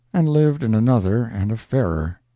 and lived in another and a fairer,